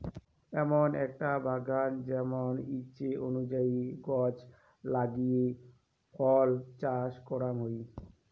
এমন আকটা বাগান যেমন ইচ্ছে অনুযায়ী গছ লাগিয়ে ফল চাষ করাং হই